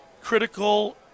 critical